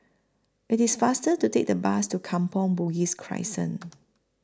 IT IS faster to Take The Bus to Kampong Bugis Crescent